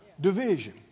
Division